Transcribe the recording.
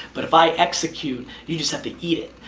but if i execute, you just have to eat it.